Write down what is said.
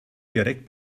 direkt